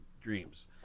dreams